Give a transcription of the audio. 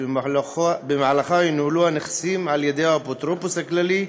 שבמהלכה ינוהלו הנכסים על-ידי האפוטרופוס הכללי,